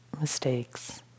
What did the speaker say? mistakes